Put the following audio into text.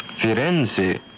Firenze